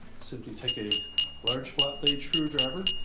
simply take a large flat-blade screwdriver,